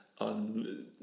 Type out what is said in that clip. on